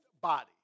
body